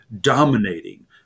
dominating